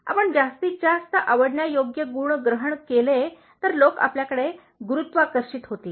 आपण जास्तीत जास्त आवडण्यायोग्य गुण ग्रहण केले तर लोक आपल्याकडे गुरुत्वाकर्षित होतील